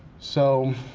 so,